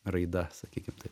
raida sakykim taip